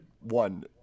one